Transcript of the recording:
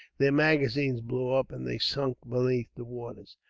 their magazines blew up and they sank beneath the waters.